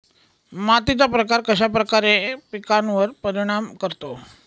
मातीचा प्रकार कश्याप्रकारे पिकांवर परिणाम करतो?